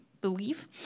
belief